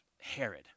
Herod